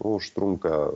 nu užtrunka